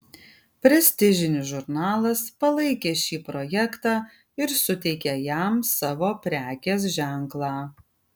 prestižinis žurnalas palaikė šį projektą ir suteikė jam savo prekės ženklą